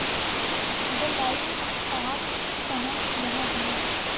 जलवायु कहाक कहाँ जाहा जाहा?